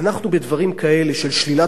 בדברים כאלה של שלילת חירות,